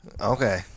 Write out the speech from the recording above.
Okay